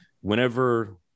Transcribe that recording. whenever